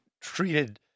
treated